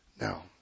Now